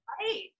Right